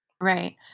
Right